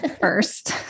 first